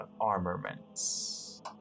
armaments